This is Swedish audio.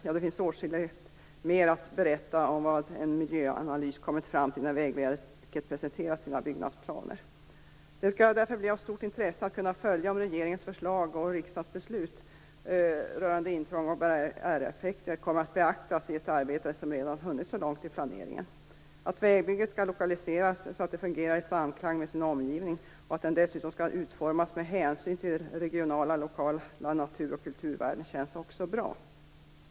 Ja, det finns åtskilligt mer att berätta om vad man i en miljöanalys kommit fram till när Vägverket presenterat sina byggnadsplaner. Det skall därför bli mycket intressant att följa om regeringens förslag och riksdagens beslut rörande intrångs och barriäreffekter kommer att beaktas i ett arbete som redan hunnit så långt i planeringen. Att vägbygget skall lokaliseras så att det fungerar i samklang med sin omgivning och att det dessutom skall utformas med hänsyn till regionala och lokala naturoch kulturvärden känns också bra.